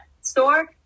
store